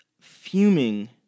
fuming